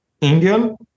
Indian